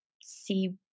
see